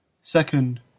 Second